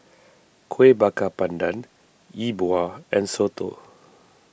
Kuih Bakar Pandan Yi Bua and Soto